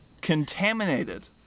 Contaminated